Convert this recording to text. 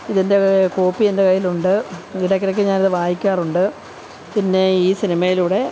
ഇതിൻ്റെ കോപ്പി എൻ്റെ കൈയിലുണ്ട് ഇടയ്ക്ക് ഇടയ്ക്ക് ഞാനത് വായിക്കാറുണ്ട് പിന്നെ ഈ സിനിമയിലൂടെ